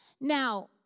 Now